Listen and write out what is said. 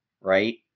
right